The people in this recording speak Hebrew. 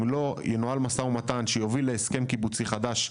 אם לא ינוהל משא ומתן שיוביל להסכם קיבוצי חדש,